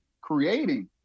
creating